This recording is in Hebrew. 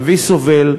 אבי סובל,